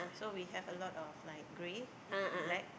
so we have a lot of like grey black